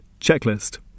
Checklist